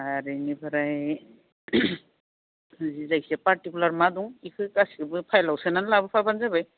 आर इनिफ्राय जि जायखिया फारटिखुलार मा दे बेखौ गासिखौबो फाइलआव सोनानै लाबोफाबानो जाबाय